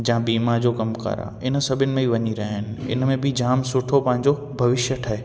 जा बीमा जो कमु कारु आहे इन सभिनि में ई वञी रहिया आहिनि इन में बि जामु सुठो पंहिंजो भविष्य ठहे